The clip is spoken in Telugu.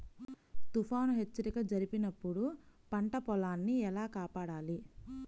తుఫాను హెచ్చరిక జరిపినప్పుడు పంట పొలాన్ని ఎలా కాపాడాలి?